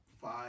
five